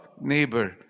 neighbor